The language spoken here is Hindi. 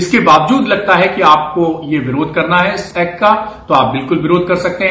इसके बावजूद लगता है कि आपको यह विरोध करना है इस एक्ट का तो आप बिल्कुल विरोध कर सकते हैं